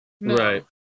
right